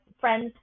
friends